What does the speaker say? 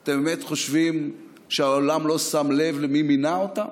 אתם באמת חושבים שהעולם לא שם לב למי שמינה אותם?